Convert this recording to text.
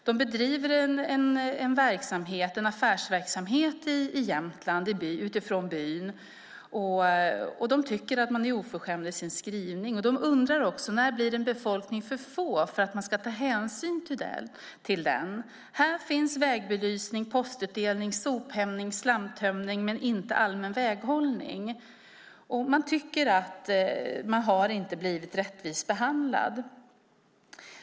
De bedriver en affärsverksamhet i Jämtland från byn, och de tycker att man är oförskämd i sin skrivning. De undrar också när en befolkning blir för liten för att man ska ta hänsyn till den. Här finns vägbelysning, postutdelning, sophämtning och slamtömning men inte allmän väghållning. De tycker inte att de har blivit rättvist behandlade.